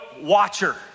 watcher